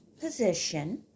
position